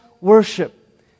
worship